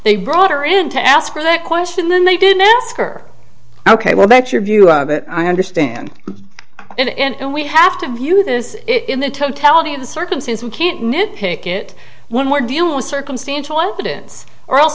they brought her in to ask for that question then they didn't ask are ok well that's your view of it i understand and we have to view this in the totality of the circumstance we can't nit pick it when we're dealing with circumstantial evidence or